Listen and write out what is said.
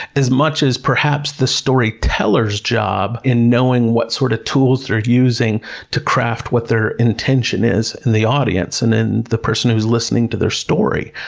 as much as perhaps the storyteller's job, in knowing what sort of tools they're using to craft, what their intention is, and the audience, and the person who's listening to their story.